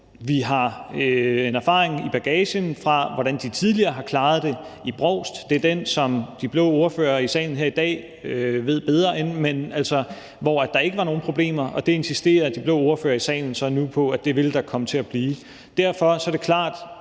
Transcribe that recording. Vi har en erfaring i bagagen fra, hvordan de tidligere har klaret det i Brovst – det er den, som de blå ordførere i salen her i dag siger de ved bedre end – men hvor der altså ikke var nogen problemer, og det insisterer de blå ordføreren i salen så nu på at der vil komme til at blive. Derfor er det klart,